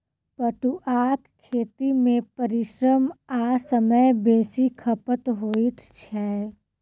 पटुआक खेती मे परिश्रम आ समय बेसी खपत होइत छै